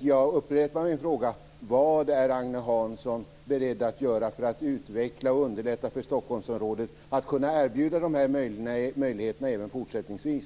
Jag upprepar min fråga: Vad är Agne Hansson beredd att göra för att utveckla och underlätta för Stockholmsområdet att erbjuda dessa möjligheter även fortsättningsvis?